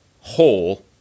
whole